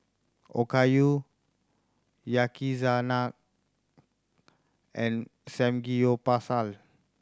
Okayu Yakizakana and Samgeyopsal